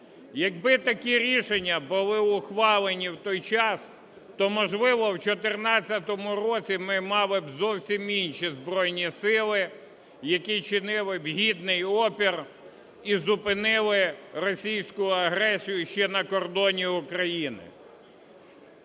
Якби такі рішення були ухвалені в той час, то, можливо, в 14-му році ми мали б зовсім інші Збройні Сили, які чинили б гідний опір і зупинили російську агресію ще на кордоні України.